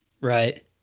right